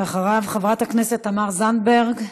חברת הכנסת תמר זנדברג.